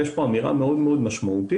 ויש פה אמירה מאוד מאוד משמעותית,